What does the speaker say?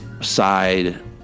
side